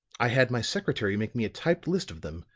i had my secretary make me a typed list of them,